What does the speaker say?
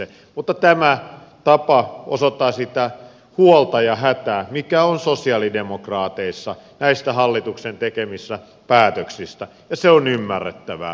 mutta tämä tapa osoittaa sitä huolta ja hätää mikä on sosialidemokraateissa näistä hallituksen tekemistä päätöksistä ja se on ymmärrettävää